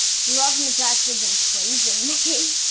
you haven't exactly been praising me.